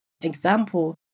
example